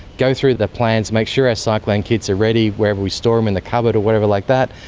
go through the plans, make sure our cyclone kits are ready wherever we store them in the cupboard, or whatever like that,